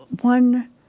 One